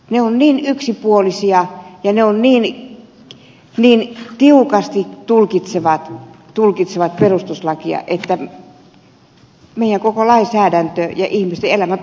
he ovat niin yksipuolisia ja he niin tiukasti tulkitsevat perustuslakia että meidän koko lainsäädäntömme ja ihmisten elämä tukehtuu siihen